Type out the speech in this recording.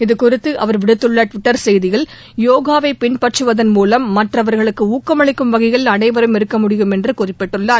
இதுகுறித்து அவர் விடுத்துள்ள டுவிட்டர் செய்தியில் யோகாவை பின்பற்றுவதன் மூலம் மற்றவர்களுக்கு ஊக்கமளிக்கும் வகையில் அனைவரும் இருக்க முடியும் என்று குறிப்பிட்டுள்ளார்